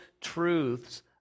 truths